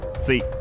see